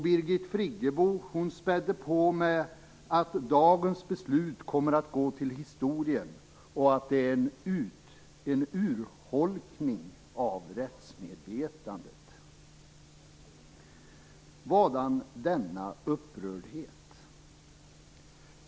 Birgit Friggebo spädde på med att dagens beslut kommer att gå till historien och att det är en urholkning av rättsmedvetandet. Vadan denna upprördhet?